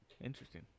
Interesting